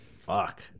Fuck